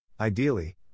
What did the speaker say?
Ideally